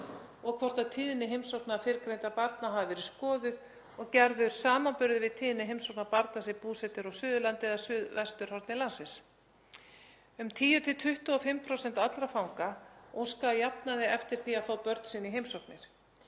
og hvort tíðni heimsókna fyrrgreindra barna hafi verið skoðuð og gerður samanburður við tíðni heimsókna barna sem búsett eru á Suðurlandi eða suðvesturhorni landsins. Um 10–25% allra fanga óska að jafnaði eftir því að fá börn sín í heimsóknir.